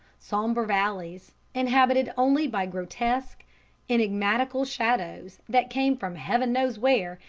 sombre valleys, inhabited only by grotesque enigmatical shadows that came from heaven knows where,